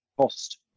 cost